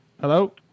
Hello